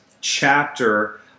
chapter